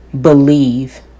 Believe